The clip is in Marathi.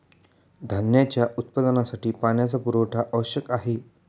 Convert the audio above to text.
धान्याच्या उत्पादनासाठी पाण्याचा पुरवठा आवश्यक आहे